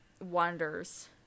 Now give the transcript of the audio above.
wonders